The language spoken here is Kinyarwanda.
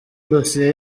dosiye